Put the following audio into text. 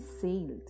sailed